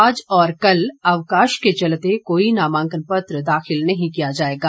आज और कल अवकाश के चलते कोई नामांकन पत्र दाखिल नहीं किया जाएगा